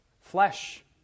flesh